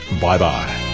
bye-bye